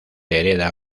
hereda